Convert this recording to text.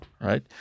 right